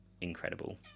incredible